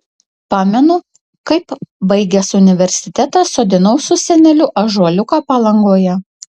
pamenu kaip baigęs universitetą sodinau su seneliu ąžuoliuką palangoje